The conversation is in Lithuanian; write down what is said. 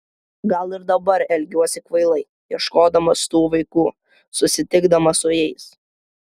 gal ir dabar elgiuosi kvailai ieškodamas tų vaikų susitikdamas su jais